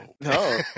no